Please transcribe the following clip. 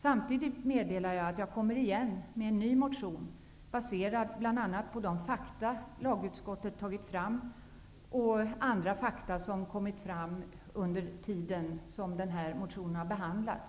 Samtidigt meddelar jag att jag kommer igen med en ny motion baserad bl.a. på de fakta lagutskottet tagit fram och andra fakta som kommit fram under tiden som denna motion behandlats.